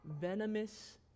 venomous